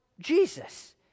Jesus